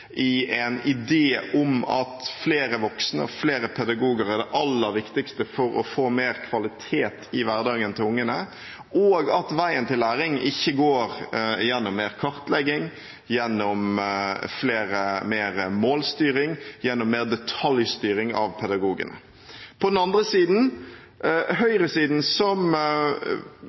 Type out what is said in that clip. fra en idé om at flere voksne og flere pedagoger er det aller viktigste for å få mer kvalitet i hverdagen til ungene, og at veien til læring ikke går gjennom mer kartlegging, gjennom mer målstyring, gjennom mer detaljstyring av pedagogene. På den andre siden er det høyresiden, som